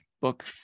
book